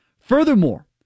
Furthermore